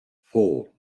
four